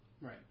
Right